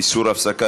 איסור הפסקה,